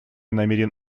намерен